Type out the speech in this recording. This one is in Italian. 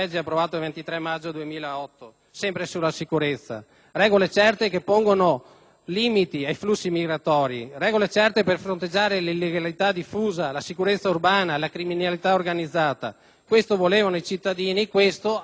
limiti ai flussi migratori, regole certe per fronteggiare l'illegalità diffusa, la criminalità organizzata, per garantire la sicurezza urbana. Questo volevano i cittadini, questo hanno voluto i nostri elettori che, come sapete, cari amici della sinistra, sono tanti.